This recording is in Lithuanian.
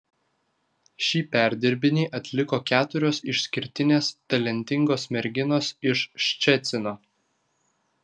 šį perdirbinį atliko keturios išskirtinės talentingos merginos iš ščecino